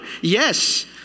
Yes